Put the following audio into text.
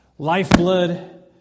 Lifeblood